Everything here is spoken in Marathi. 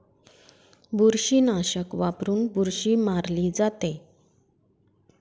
बुरशीनाशक वापरून बुरशी मारली जाते